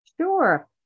Sure